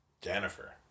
Jennifer